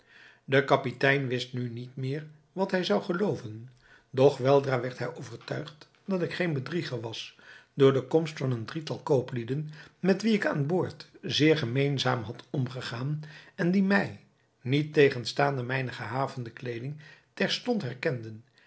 de kapitein wist nu niet meer wat hij zou gelooven doch weldra werd hij overtuigd dat ik geen bedrieger was door de komst van een drietal kooplieden met wien ik aan boord zeer gemeenzaam had omgegaan en die mij niettegenstaande mijne gehavende kleeding terstond herkenden